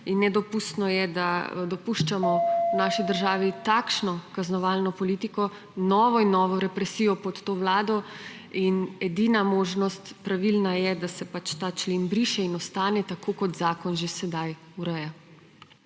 in nedopustno je, da dopuščamo v naši državi takšno kaznovalno politiko, novo in novo represijo pod to vlado. Edina pravilna možnost je, da se ta člen briše in ostane tako, kot zakon že sedaj ureja.